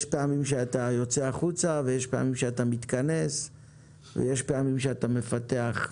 יש פעמים שאתה יוצא החוצה ויש פעמים שאתה מתכנס ויש פעמים שאתה מפתח.